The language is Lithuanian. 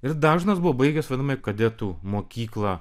ir dažnas buvo baigęs vadinamąją kadetų mokyklą